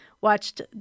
watched